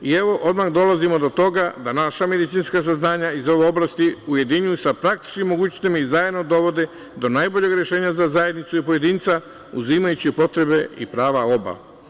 I odmah dolazimo do toga da naša medicinska saznanja iz ove oblasti ujedinjuju sa praksom i mogućnostima i zajedno dovode do najboljeg rešenja za zajednicu i pojedinca, uzimajući potrebe i prava oba.